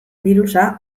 birusa